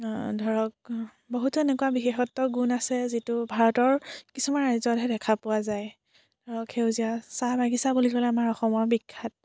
ধৰক বহুতো এনেকুৱা বিশেষত্ব গুণ আছে যিটো ভাৰতৰ কিছুমান ৰাজ্যতহে দেখা পোৱা যায় ধৰক সেউজীয়া চাহ বাগিচা বুলি ক'লে আমাৰ অসমৰ বিখ্যাত